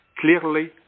clearly